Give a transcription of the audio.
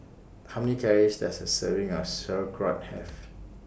How Many Calories Does A Serving of Sauerkraut Have